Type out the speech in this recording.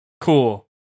cool